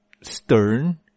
stern